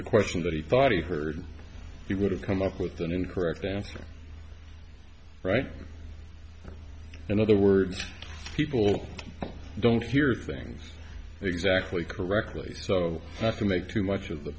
the question that he thought he heard he would have come up with an incorrect answer right in other words people don't hear things exactly correctly so have to make too much of the